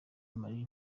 marie